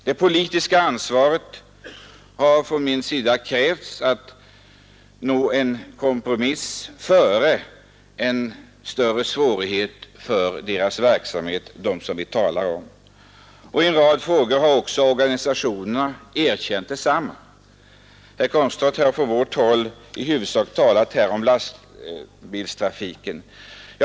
Det politiska ansvaret har för mig krävt en kompromiss hellre än ett beslut som skulle medföra större svårigheter för den verksamhet som vi här har talat om. Detta är också trafikorganisationernas uppfattning. Herr Komstedt från vårt håll har i huvudsak talat om lastbilstrafiken.